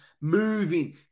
moving